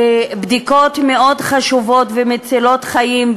לבדיקות מאוד חשובות ומצילות חיים,